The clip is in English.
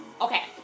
Okay